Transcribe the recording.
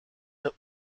der